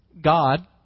God